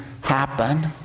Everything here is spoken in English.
happen